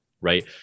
right